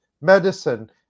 medicine